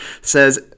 says